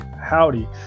howdy